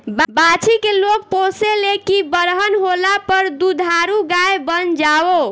बाछी के लोग पोसे ले की बरहन होला पर दुधारू गाय बन जाओ